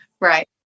Right